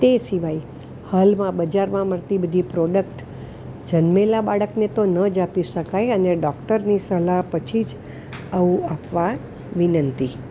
તે સિવાય હાલમાં બજારમાં મળતી બધી પ્રોડક્ટ જન્મેલાં બાળકને તો ન જ આપી શકાય અને ડોક્ટરની સલાહ પછી જ આવું આપવાં વિનંતી